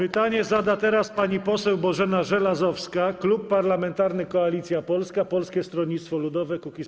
Pytanie zada pani poseł Bożena Żelazowska, Klub Parlamentarny Koalicja Polska - Polskie Stronnictwo Ludowe - Kukiz15.